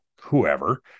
whoever